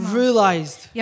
realized